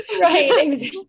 Right